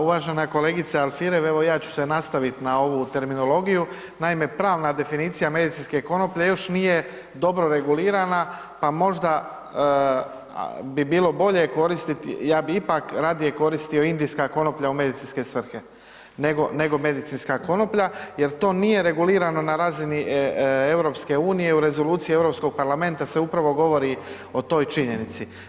A uvažena kolegice Alfirev evo ja ću se nastavit evo na ovu terminologiju, naime pravna definicija medicinske konoplje još nije dobro regulirana, pa možda bi bilo bolje koristit, ja bi ipak radije koristio indijska konoplja u medicinske svrhe, nego, nego medicinska konoplja, jer to nije regulirano na razini EU u rezoluciji Europskog parlamenta se upravo govori o toj činjenici.